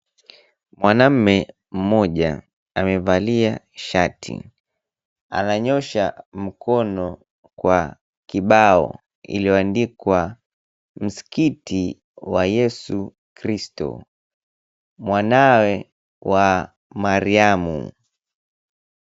Mwanaume mmoja amevalia shati. Ananyoosha mkono kwa kibao iliyoandikwa, "Msikiti wa Yesu Kristo Mwanawe wa Mariamu."